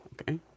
Okay